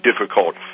difficult